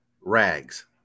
rags